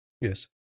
Yes